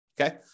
Okay